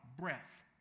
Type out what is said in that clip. breath